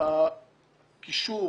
הקישור